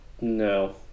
no